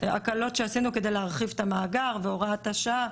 כדי להרחיב את המאגר והוראת השעה,